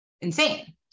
insane